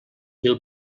mil